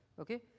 Okay